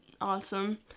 awesome